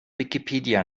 wikipedia